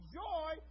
joy